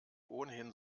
ohnehin